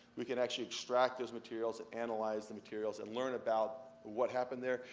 we can actually extract those materials, analyze the materials, and learn about what happened there.